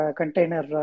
container